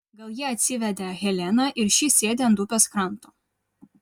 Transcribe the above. gal jie atsivedę heleną ir ši sėdi ant upės kranto